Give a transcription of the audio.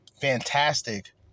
fantastic